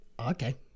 Okay